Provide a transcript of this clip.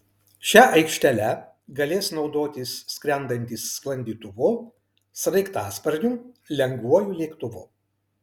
šia aikštele galės naudotis skrendantys sklandytuvu sraigtasparniu lengvuoju lėktuvu